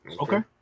Okay